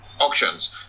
auctions